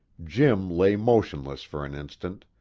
jim lay motionless for an instant,